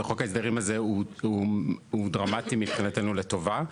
וחוק ההסדרים הזה הוא דרמטי מבחינתנו לטובה.